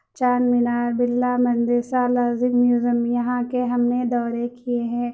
Charminar Birla Mandir Salar Jung museum یہاں کے ہم نے دورے کیے ہیں